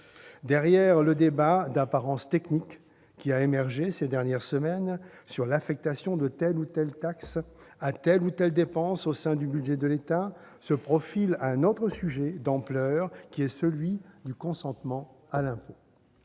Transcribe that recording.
Derrière le débat, d'apparence technique, qui a émergé ces dernières semaines sur l'affectation de telle ou telle taxe à telle ou telle dépense au sein du budget de l'État, se profile un autre sujet d'ampleur, celui du consentement à l'impôt.